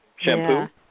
Shampoo